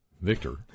Victor